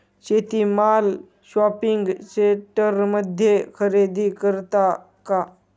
शेती माल शॉपिंग सेंटरमध्ये खरेदी करतात का?